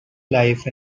life